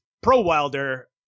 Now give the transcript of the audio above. pro-Wilder